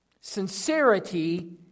Sincerity